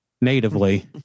natively